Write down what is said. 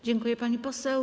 Dziękuję, pani poseł.